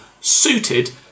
suited